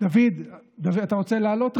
דוד, אתה רוצה לעלות?